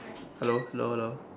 hello hello hello